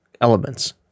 elements